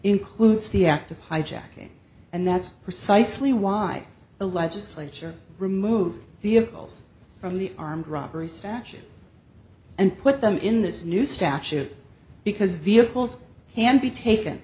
includes the act of hijacking and that's precisely why the legislature removed the of calls from the armed robbery statute and put them in this new statute because vehicles and be taken